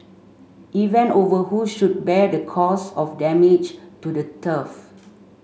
event over who should bear the cost of damage to the turf